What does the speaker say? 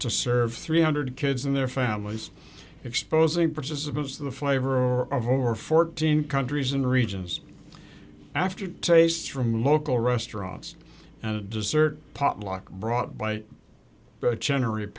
to serve three hundred kids and their families exposing participants to the flavor of over fourteen countries and regions after taste from local restaurants and a dessert potluck brought by the genera